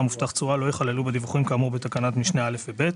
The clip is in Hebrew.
מובטח תשואה לא יכללו בדיווחים כאמור בתקנות משנה (א) ו-(ב).